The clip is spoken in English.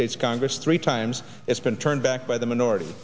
states congress three times it's been turned back by the minority